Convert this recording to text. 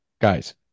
guys